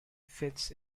fits